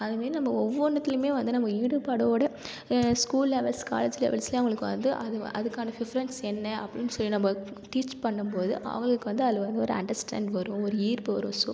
அதேமாரி நம்ம ஒவ்வொன்னுதிலியுமே வந்து நம்ம ஈடுபாடோடு ஸ்கூல் லெவல்ஸ் காலேஜ் லெவல்ஸில் அவங்களுக்கு வந்து அது அதுக்கான பிரிஃப்ரன்ஸ் என்ன அப்படினு சொல்லி நம்ம டீச் பண்ணும்போது அவங்களுக்கு வந்து அதில் வந்து ஒரு அன்டஸ்டாண்டிங் வரும் ஒரு ஈர்ப்பு வரும் ஸோ